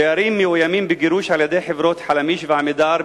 דיירים מאוימים בגירוש על-ידי חברות "חלמיש" ו"עמידר",